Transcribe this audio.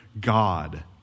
God